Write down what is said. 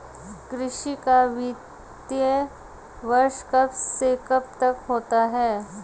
कृषि का वित्तीय वर्ष कब से कब तक होता है?